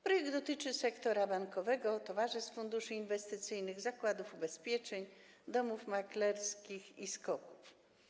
Projekt dotyczy sektora bankowego, towarzystw funduszy inwestycyjnych, zakładów ubezpieczeń, domów maklerskich i SKOK-ów.